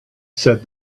said